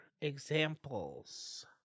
examples